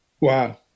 Wow